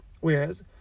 Whereas